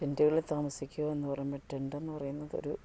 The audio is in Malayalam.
ടെൻ്റുകളിൽ താമസിക്കുക എന്നു പറയുമ്പം ടെൻ്റെന്ന് പറയുന്നത് ഒരൂ